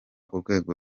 urwego